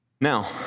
Now